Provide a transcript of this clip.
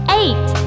eight